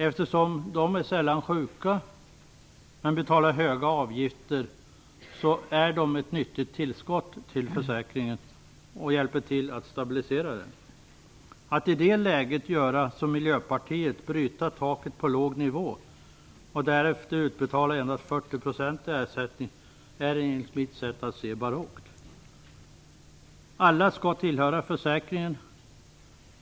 Eftersom de sällan är sjuka men betalar höga avgifter är de ett nyttigt tillskott till försäkringen och hjälper till att stabilisera den. Att i det läget göra som Miljöpartiet föreslår, att bryta taket på låg nivå och däröver betala ut endast 40 % i ersättning, är enligt mitt sätt att se barockt. Alla skall tillhöra försäkringen.